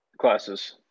classes